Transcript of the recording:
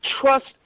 trust